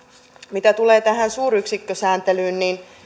mitä tulee tähän suuryksikkösääntelyyn